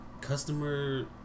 customer